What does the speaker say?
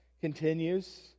continues